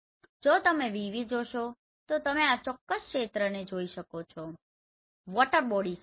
જો તમે VV જોશો તો તમે આ ચોક્કસ ક્ષેત્રને જોઈ શકો છો વોટર બોડી છે